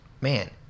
man